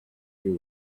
sure